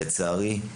לצערי,